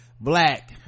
black